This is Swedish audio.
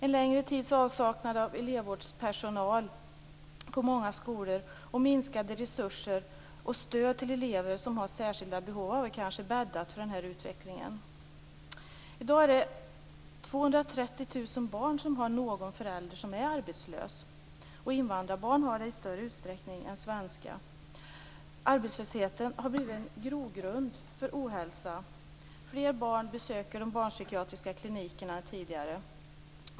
En längre tids avsaknad av elevvårdspersonal på många skolor, minskade resurser och stöd till elever med särskilda behov har kanske bäddat för den här utvecklingen. I dag har 230 000 barn någon förälder som är arbetslös. Invandrarbarn har det i större utsträckning än svenska barn. Arbetslösheten har blivit en grogrund för ohälsa. Fler barn besöker de barnpsykiatriska klinikerna än tidigare.